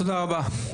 תודה רבה.